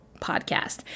podcast